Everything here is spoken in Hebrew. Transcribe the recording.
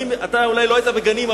אתה אולי לא היית בגנים,